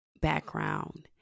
Background